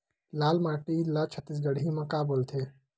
लाल माटी ला छत्तीसगढ़ी मा का बोलथे?